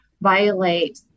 violate